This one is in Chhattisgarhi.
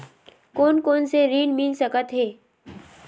कोन कोन से ऋण मिल सकत हे?